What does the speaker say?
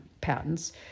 patents